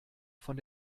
von